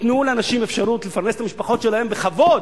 תנו לאנשים אפשרות לפרנס את המשפחות שלהם בכבוד.